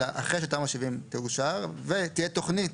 אלא אחרי שתמ"א 70 תאושר ותהיה תוכנית